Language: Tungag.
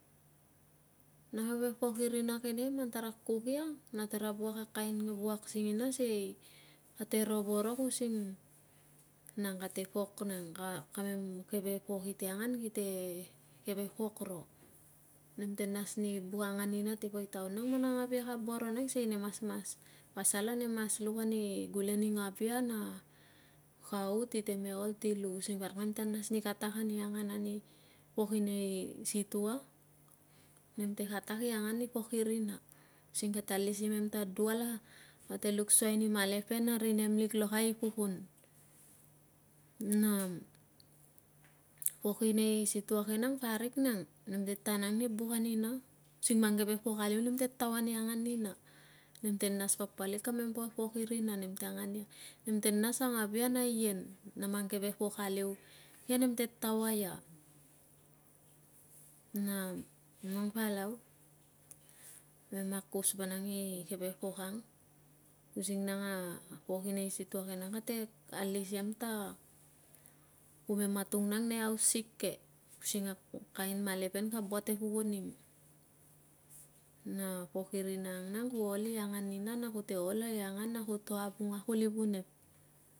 Na keve pok i rina ke nekeman tara kuk ia na tara vuk a kain vuak singina sei kate ro vovok using nang kate pok nang kamen keve pokite angan kite pok ro nem tenas ni buk angan ni na si poi taun nau man a ngavia ka boro nang nem mas pasal na em luk gule ngavia na kau ti me olti lus ssing parik nem te nas ni katak ta oli angan ni pok inei situanem te katak i ol i angan ni pok iring using kate alisimem ta dual na kate luk suai ni mala pan na kate luk suai ni ri nem lik lokai i pukun na pok i nei situ ke nng parik nng nem te tama nang ni buk ani na using many keve pok aliu nem te taua ni angan ni na nemte nas papalik kamem ke pok irina nemte angan nem te nas a ngavia na len n mang lkeve pok aliu ke nem te taua i na nang palau kemakus vanang i keve pok ang using pok i nei situa ke nang kate alis uata kume matung na nei house sick ke using akain mala pam kate but e pukun im na pork i rina angnang ku ol i angain ninana kute ol i langan na ku to avunga kuli vunep